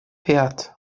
пять